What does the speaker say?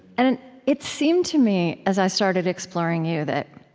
and it seemed to me, as i started exploring you, that